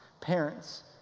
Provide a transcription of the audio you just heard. Parents